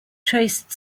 traced